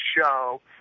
show